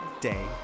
day